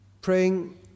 praying